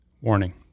Warning